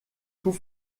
tout